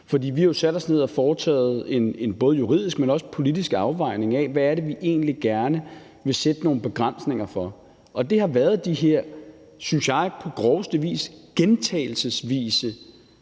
For vi har jo sat os ned og foretaget en både juridisk, men også politisk afvejning af, hvad det er, vi egentlig gerne vil sætte nogle begrænsninger for. Det har været de her, synes jeg, på groveste vis gentagelsesvise